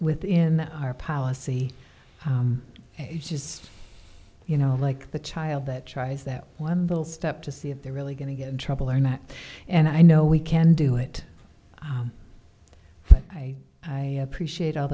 within our policy and just you know like the child that tries that one little step to see if they're really going to get in trouble or not and i know we can do it i i appreciate all